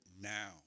now